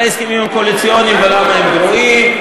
על ההסכמים הקואליציוניים ולמה הם גרועים,